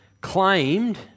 claimed